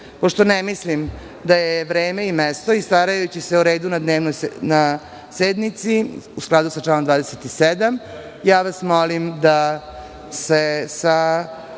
103.Pošto ne mislim da je vreme i mesto i, starajući se o redu na sednici, u skladu sa članom 27. vas molim da se sa